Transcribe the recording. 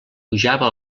pujava